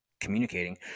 communicating